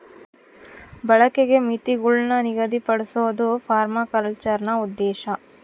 ಬಳಕೆಗೆ ಮಿತಿಗುಳ್ನ ನಿಗದಿಪಡ್ಸೋದು ಪರ್ಮಾಕಲ್ಚರ್ನ ಉದ್ದೇಶ